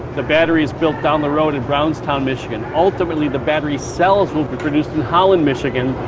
the battery is built down the road in brownstown, michigan. ultimately the battery cells will be produced in holland, michigan.